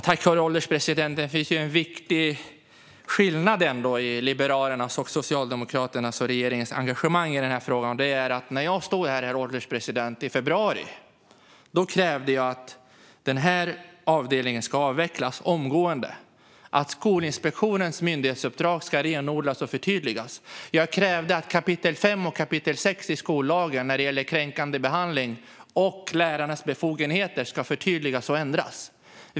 Herr ålderspresident! Det finns en viktig skillnad mellan å ena sidan Liberalernas och å andra sidan Socialdemokraternas och regeringens engagemang i den här frågan. När jag stod här i februari, herr ålderspresident, krävde jag att den här avdelningen skulle avvecklas omgående och att Skolinspektionens myndighetsuppdrag skulle renodlas och förtydligas. Jag krävde att kap. 5 och 6 i skollagen gällande kränkande behandling och lärarnas befogenheter skulle förtydligas och ändras.